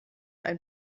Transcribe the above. ein